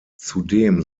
zudem